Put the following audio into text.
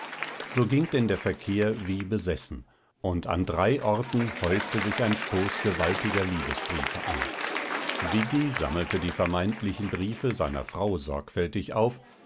so ging denn der verkehr wie besessen und an drei orten häufte sich ein stoß gewaltiger liebesbriefe an viggi sammelte die vermeintlichen briefe seiner frau sorgfältig auf